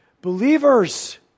Believers